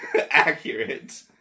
accurate